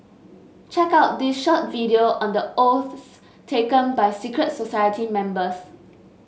check out this short video on the oaths taken by secret society members